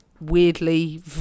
weirdly